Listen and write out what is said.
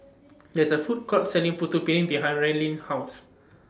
There IS A Food Court Selling Putu Piring behind Raelynn's House